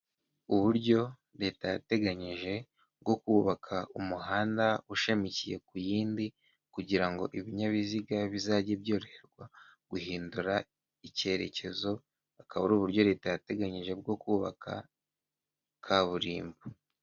Uburyo leta yateganyije bwo kubaka umuhanda ushamikiye ku yindi kugirango ibinyabiziga bizajye byoroherwa guhindura icyerekezo akaba ari uburyo leta yateganyije bwo kubaka kaburimbo.